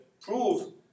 prove